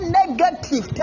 negative